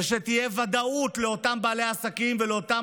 ושתהיה ודאות לאותם בעלי עסקים ולאותם